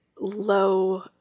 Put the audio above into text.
low